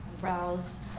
browse